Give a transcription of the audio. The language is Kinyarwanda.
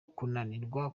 kunanirwa